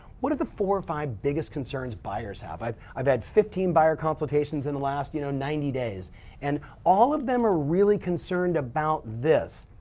what are the four or five biggest concerns buyers have? i've i've had fifteen buyer consultations in the last you know ninety days and all of them are really concerned about this.